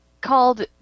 called